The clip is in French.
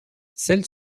celles